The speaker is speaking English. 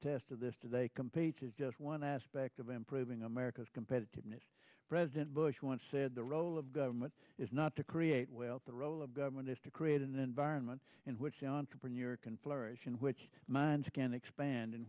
to this do they compete is just one aspect of improving america's competitiveness president bush once said the role of government is not to create wealth the role of government is to create an environment in which the entrepreneur can flourish in which minds can expand